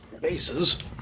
bases